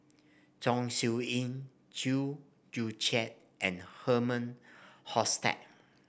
Chong Siew Ying Chew Joo Chiat and Herman Hochstadt